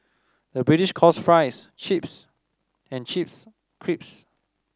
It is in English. the British calls fries chips and chips crisps